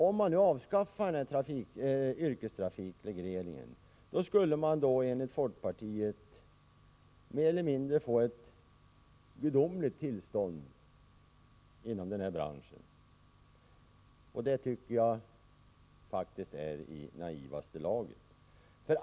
Om man avskaffar yrkestrafikregleringen skulle man enligt folkpartiet få ett mer eller mindre gudomligt tillstånd inom den här branschen. Det tycker jag faktiskt är i naivaste laget.